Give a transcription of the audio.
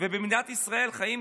לא ביקשתי את כל הזכות עד סוף חייו.